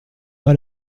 pas